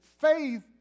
Faith